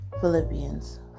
Philippians